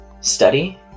study